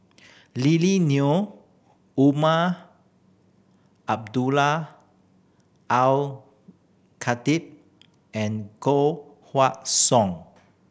Lily Neo Umar Abdullah Al Khatib and Koh Song